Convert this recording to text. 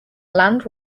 land